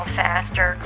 faster